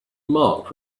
marked